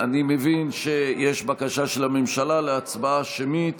אני מבין שיש בקשה של הממשלה להצבעה שמית